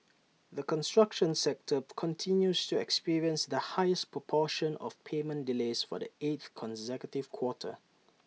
the construction sector continues to experience the highest proportion of payment delays for the eighth consecutive quarter